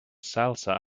salsa